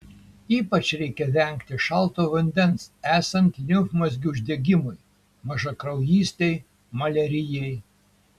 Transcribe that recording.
ypač reikia vengti šalto vandens esant limfmazgių uždegimui mažakraujystei maliarijai